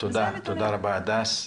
תודה רבה, הדס.